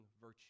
virtue